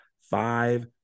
five